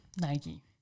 Nike